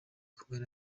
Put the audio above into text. kumwe